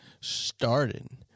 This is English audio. Starting